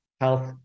health